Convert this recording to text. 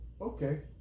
Okay